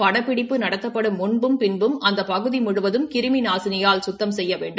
படப்படிப்பு நடத்தப்படும் முன்பும் பின்பும் அந்த பகுதி முழுவதும் கிருமி நாசினியால் சுத்த செய்ய வேண்டும்